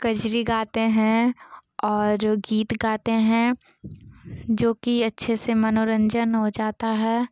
कज़री गाते हैं और गीत गाते हैं जो कि अच्छे से मनोरंजन हो जाता है